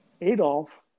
Adolf